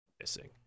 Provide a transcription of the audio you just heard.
missing